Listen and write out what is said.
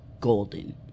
golden